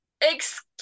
excuse